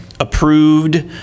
approved